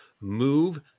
move